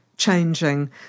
Changing